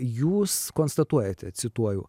jūs konstatuojate cituoju